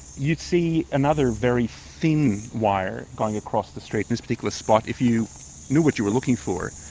you'd see another very thin wire going across the street in this particular spot if you knew what you were looking for.